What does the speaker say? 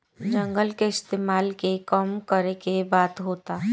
जंगल के इस्तेमाल के कम करे के बात होता